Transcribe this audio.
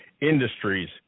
industries